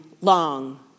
long